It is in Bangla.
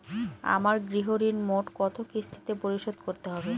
আমার গৃহঋণ মোট কত কিস্তিতে পরিশোধ করতে হবে?